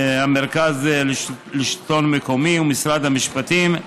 המרכז לשלטון מקומי ומשרד המשפטים,